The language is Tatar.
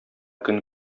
көн